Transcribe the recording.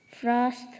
frost